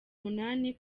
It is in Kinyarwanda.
umunani